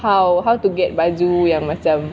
how how to get baju yang macam